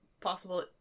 possible